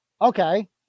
Okay